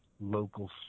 local